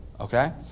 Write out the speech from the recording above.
okay